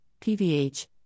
PVH